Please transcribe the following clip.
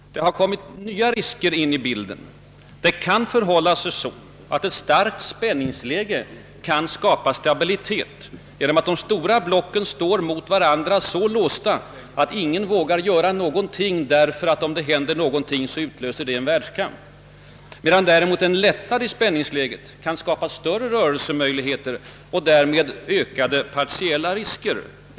Det har kommit nya risker in i bilden. Ett starkt spänningsläge kan skapa stabilitet genom att de stora blocken står mot varandra, så låsta, att ingen vågar göra någonting, därför att om det händer något, utlöser det en världskamp. En lättnad i spänningsläget kan däremot skapa större rörelsemöjligheter och ökade partiella risker.